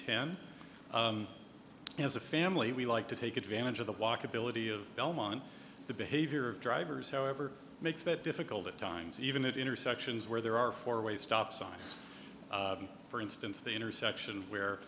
ten as a family we like to take advantage of the walkability of belmont the behavior of drivers however makes it difficult at times even at intersections where there are four way stop signs for instance the intersection where